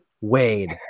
Wade